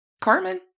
Carmen